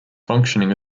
functioning